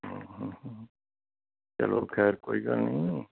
ਹਾਂ ਹਾਂ ਹਾਂ ਚਲੋ ਖੈਰ ਕੋਈ ਗੱਲ ਨਹੀਂ